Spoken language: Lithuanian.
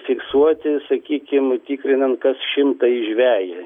fiksuoti sakykim tikrinant kas šimtąjį žvejį